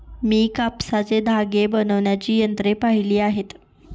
मी कापसाचे धागे बनवण्याची यंत्रे पाहिली आहेत